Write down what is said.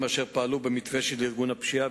אשר פעלו במתווה של ארגון הפשיעה,